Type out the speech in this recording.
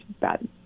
bad